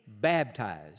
baptized